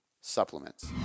supplements